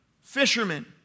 fishermen